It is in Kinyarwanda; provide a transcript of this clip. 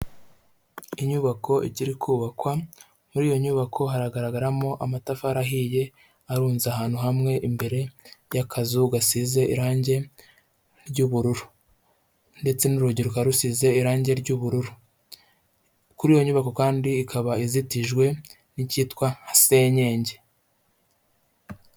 Inyubako ikiri kubakwa, muri iyo nyubako haragaragaramo amatafari ahiye arunze ahantu hamwe imbere y'akazu gasize irangi ry'ubururu ndetse n'urugi rukaba rusize irangi ry'ubururu, kuri iyo nyubako kandi ikaba izitijwe n'icyitwa senyenge.